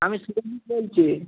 আমি বলছি